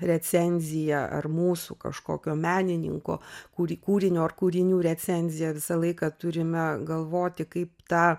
recenziją ar mūsų kažkokio menininko kurį kūrinio ar kūrinių recenziją visą laiką turime galvoti kaip tą